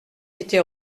été